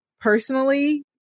personally